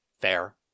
fair